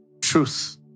truth